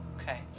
Okay